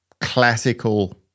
classical